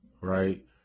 right